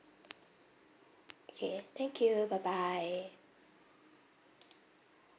okay thank you bye bye